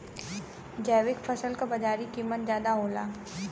जैविक फसल क बाजारी कीमत ज्यादा होला